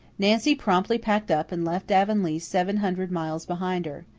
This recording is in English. nancy promptly packed up and left avonlea seven hundred miles behind her.